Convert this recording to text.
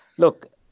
Look